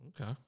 Okay